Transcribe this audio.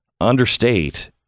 understate